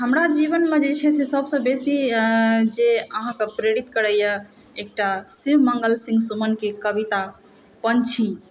हमरा जीवनमे जे छै से सभसँ बेसी जे अहाँके प्रेरित करयए एकटा शिवमङ्गल सिंह सुमनके कविता पङ्क्षी